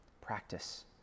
Practice